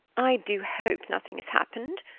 i do hope nothing has happened.